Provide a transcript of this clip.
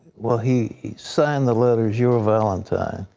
well, he signed the letters, your valentine.